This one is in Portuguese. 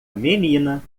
menina